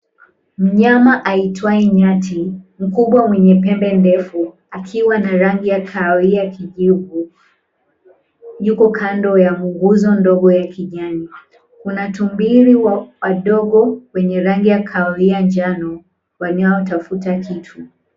Mnyama aitwaye nyati mkubwa mwenye pembe ndefu akiwa na rangi ya kahawia kijivu yuko kando ya nguzo ndogo la kijani. Kuna tumbili wadogo wenye rangi ya kahawia njano wanaotafuta kitu.